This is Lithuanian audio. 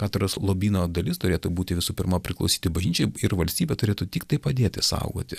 katedros lobyno dalis turėtų būti visų pirma priklausyti bažnyčiai ir valstybė turėtų tiktai padėti saugoti